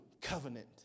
covenant